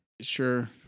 Sure